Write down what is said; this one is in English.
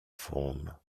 phone